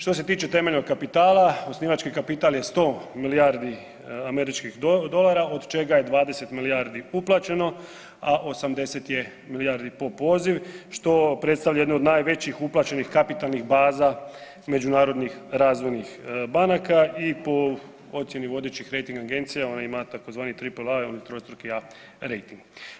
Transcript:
Što se tiče temeljnog kapitala, osnivački kapital je 100 milijardi američkih dolara, od čega je 20 milijardi uplaćeno, a 80 je milijardi po poziv, što predstavlja jednu od najvećih uplaćenih kapitalnih baza međunarodnih razvojnih banaka i po ocijeni vodećih rejting agencija ona ima tzv. Triple A, onaj trostuki rejting.